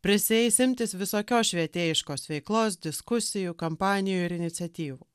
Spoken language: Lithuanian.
prisieis imtis visokios švietėjiškos veiklos diskusijų kampanijų ir iniciatyvų